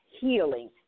healing